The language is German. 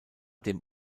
dem